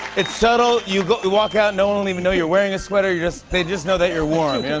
it's subtle. you walk out, no one will even know you're wearing a sweater. you're just they just know that you're warm. yeah